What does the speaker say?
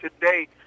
today